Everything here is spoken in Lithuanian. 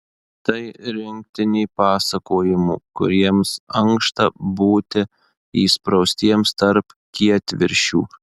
tai rinktinė pasakojimų kuriems ankšta būti įspraustiems tarp kietviršių